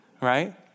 right